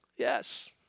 Yes